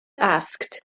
asked